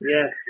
Yes